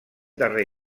darrer